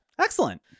Excellent